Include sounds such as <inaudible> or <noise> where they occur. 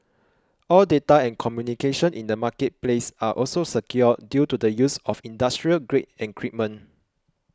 all data and communication in the marketplace are also secure due to the use of industrial grade <unintelligible>